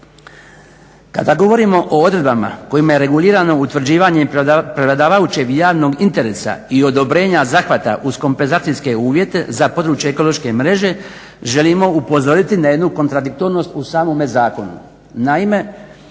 Kada govorimo o odredbama kojima je regulirano utvrđivanje prevladavajućeg javnog interesa i odobrenja zahvata uz kompenzacijske uvjete za područje ekološke mreže želimo upozoriti na jednu kontradiktornost u samome zakonu.